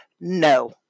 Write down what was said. no